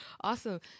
Awesome